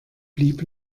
blieb